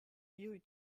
iuj